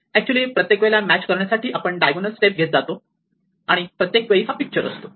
actually प्रत्येक वेळेला match करण्यासाठी आपण डायगोनल स्टेप घेत जातो आणि प्रत्येक वेळी हा पिक्चर असतो